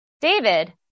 David